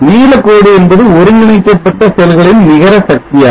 நீலக் கோடு என்பது ஒருங்கிணைக்கப்பட்ட செல்களின் நிகர சக்தி ஆகும்